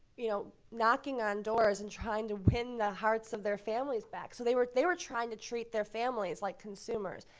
you know, knocking on doors and trying to win the hearts of their families back. so they were they were trying to treat their families like consumers.